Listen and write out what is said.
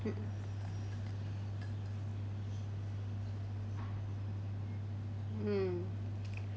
mm